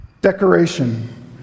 Decoration